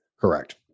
Correct